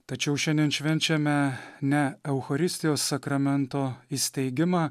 tačiau šiandien švenčiame ne eucharistijos sakramento įsteigimą